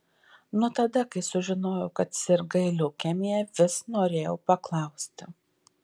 nuo tada kai sužinojau kad sirgai leukemija vis norėjau paklausti